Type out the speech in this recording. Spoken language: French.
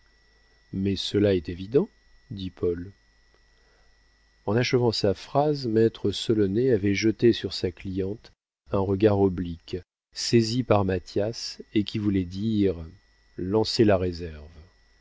mais cela est évident dit paul en achevant sa phrase maître solonet avait jeté sur sa cliente un regard oblique saisi par mathias et qui voulait dire lancez la réserve